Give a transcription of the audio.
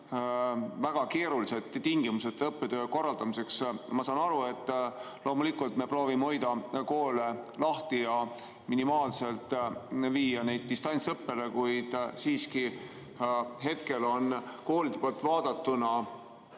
väga keerulised tingimused õppetöö korraldamiseks. Ma saan aru, et loomulikult me proovime hoida koole lahti ja minimaalselt viia neid distantsõppele, kuid siiski hetkel on koolide poolt vaadatuna